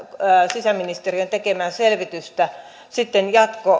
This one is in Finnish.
sisäministeriön tekemää selvitystä sitten